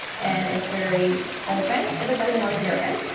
and it's very open. everybody knows juergen.